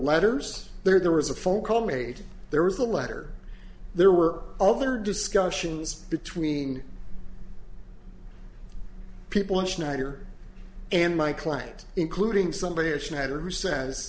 letters there was a phone call made there was a letter there were other discussions between people in snyder and my client including somebody a schneider who sa